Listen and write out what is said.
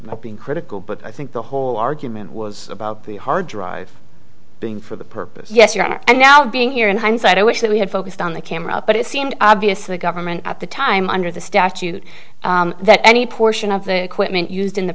not being critical but i think the whole argument was about the hard drive being for the purpose yes your honor and now being here in hindsight i wish that we had focused on the camera but it seemed obvious the government at the time under the statute that any portion of the equipment used in the